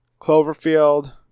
Cloverfield